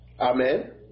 Amen